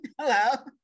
hello